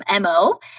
Mo